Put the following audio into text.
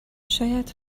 شاید